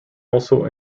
also